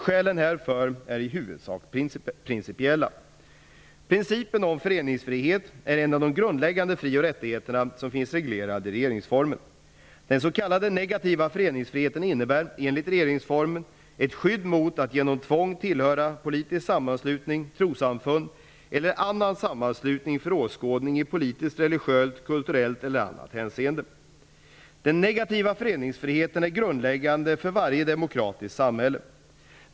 Skälen härför är i huvudsak principiella. Principen om föreningsfrihet är en av de grundläggande fri och rättigheterna som finns reglerade i regeringsformen. Den s.k. negativa föreningsfriheten innebär, enligt regeringsformen, ett skydd mot att genom tvång tillhöra politisk sammanslutning, trossamfund eller annan sammanslutning för åskådning i politiskt, religiöst, kulturellt eller annat sådant hänseende. Den negativa föreningsfriheten är grundläggande för varje demokratiskt samhälle.